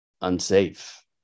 unsafe